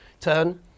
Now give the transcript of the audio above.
turn